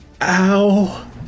Ow